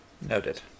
Noted